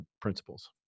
principles